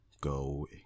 Go